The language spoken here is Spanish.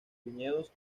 viñedos